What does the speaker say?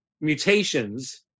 mutations